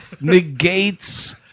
negates